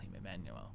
Emmanuel